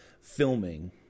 filming